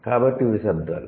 కాబట్టి ఇవి శబ్దాలు